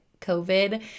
COVID